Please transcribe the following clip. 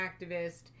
activist